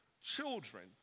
children